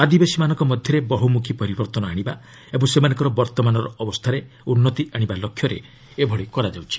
ଆଦିବାସୀମାନଙ୍କ ମଧ୍ୟରେ ବହୁମୁଖୀ ପରିବର୍ତ୍ତନ ଆଣିବା ଓ ସେମାନଙ୍କର ବର୍ତ୍ତମାନର ଅବସ୍ଥାରେ ଉନ୍ନତି ଆଶିବା ଲକ୍ଷ୍ୟରେ ଏଭଳି କରାଯାଇଛି